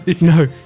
No